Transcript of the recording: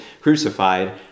crucified